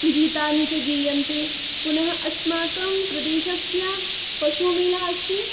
गीतानि च गीयन्ते पुनः अस्माकं प्रदेशस्य पशुमेला अस्ति